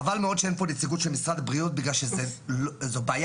חבל מאוד שאין פה נציגות של משרד הבריאות משום שזו בעיה